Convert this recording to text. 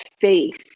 face